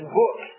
book